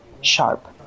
sharp